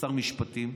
כשר המשפטים,